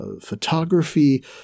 photography